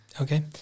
Okay